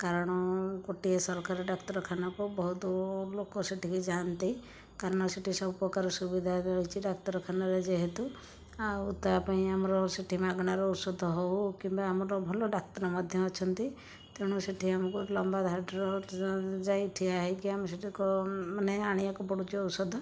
କାରଣ ଗୋଟିଏ ସରକାରୀ ଡାକ୍ତରଖାନାକୁ ବହୁତ ଲୋକ ସେ'ଠିକି ଯାଆନ୍ତି କାରଣ ସେ'ଠି ସବୁ ପ୍ରକାର ସୁବିଧା ରହିଛି ଡାକ୍ତରଖାନାରେ ଯେହେତୁ ଆଉ ତା' ପାଇଁ ଆମର ସେ'ଠି ମାଗଣାରେ ଓଷଧ ହେଉ କିମ୍ବା ଆମର ଭଲ ଡାକ୍ତର ମଧ୍ୟ ଅଛନ୍ତି ତେଣୁ ସେ'ଠି ଆମକୁ ଲମ୍ବା ଧାଡ଼ିର ଯାଇ ଠିଆ ହୋଇକି ଆମେ ସେ'ଠି ମାନେ ଆଣିବାକୁ ପଡ଼ୁଛି ଔଷଧ